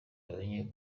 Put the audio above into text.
abanye